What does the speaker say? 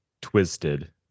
Twisted